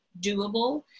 doable